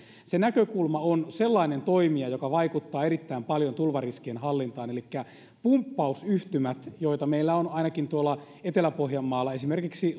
se näkökulma on sellainen toimija joka vaikuttaa erittäin paljon tulvariskien hallintaan elikkä pumppausyhtymät joita meillä on ainakin tuolla etelä pohjanmaalla esimerkiksi